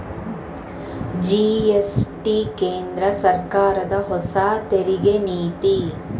GST ಕೇಂದ್ರ ಸರ್ಕಾರದ ಹೊಸ ತೆರಿಗೆ ನೀತಿ